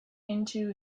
into